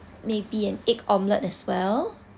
maybe an egg omelette as well